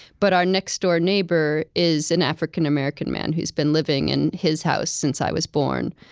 but our next-door neighbor is an african-american man who's been living in his house since i was born.